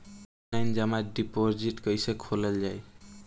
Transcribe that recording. Online जमा deposit कैसे खोलल जाइ?